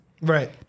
Right